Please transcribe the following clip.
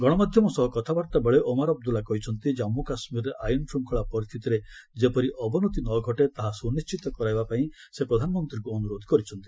ଗଶମାଧ୍ୟମ ସହ କଥାବାର୍ତ୍ତାବେଳେ ଓମାର ଅବଦୁଲ୍ଲା କହିଛନ୍ତି ଜମ୍ମୁ କାଶ୍ମୀରରେ ଆଇନ ଶ୍ରଙ୍ଗଳା ପରିଷ୍ଠିତିରେ ଯେପରି ଅବନତି ନ ଘଟେ ତାହା ସୁନିଣ୍ଠିତ କରାଇବାପାଇଁ ସେ ପ୍ରଧାନମନ୍ତ୍ରୀଙ୍କୁ ଅନୁରୋଧ କରିଛନ୍ତି